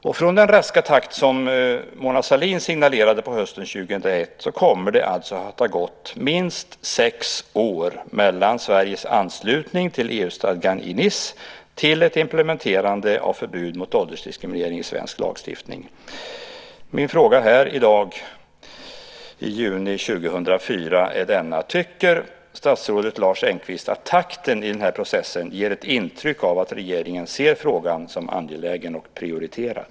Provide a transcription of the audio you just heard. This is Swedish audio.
Jämfört med den raska takt som Mona Sahlin signalerade på hösten 2001 kommer det alltså att ha gått minst sex år mellan Sveriges anslutning till EU-stadgan i Nice till ett implementerande av förbud mot åldersdiskriminering i svensk lagstiftning. Min fråga här i dag, i juni 2004, är denna: Tycker statsrådet Lars Engqvist att takten i den här processen ger ett intryck av att regeringen ser frågan som angelägen och prioriterad?